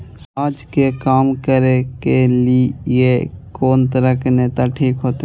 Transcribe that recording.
समाज के काम करें के ली ये कोन तरह के नेता ठीक होते?